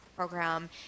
Program